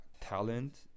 talent